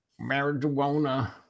Marijuana